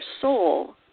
soul